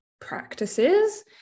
practices